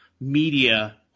media